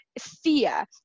fear